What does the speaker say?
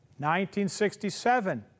1967